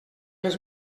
les